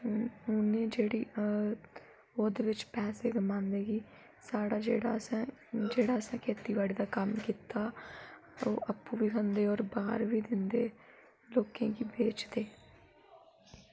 उ'नें जेह्ड़ी ओह्दे बिच्च पैसे कमांदे कि साढ़ा जेह्ड़ा असें जेह्ड़ा असें खेती बाड़ी दा कम्म कीता ओह् आपूं बी खंदे बोर बाह्र बी दिंदे लोकें कि बेचदे